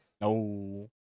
No